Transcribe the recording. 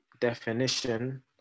definition